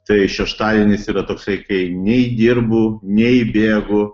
tai šeštadienis yra toksai kai nei dirbu nei bėgu